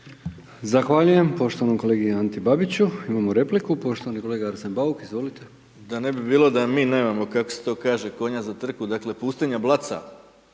Zahvaljujem poštovanom kolegi Ante Babiću. Imamo repliku, poštovani kolega Arsen Bauk. Izvolite. **Bauk, Arsen (SDP)** Da ne bi bilo da mi nemamo, kako se to kaže, konja za trku, dakle pustinja Blaca